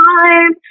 time